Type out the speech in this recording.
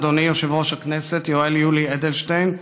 אדוני יושב-ראש הכנסת יואל יולי אדלשטיין,